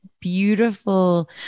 beautiful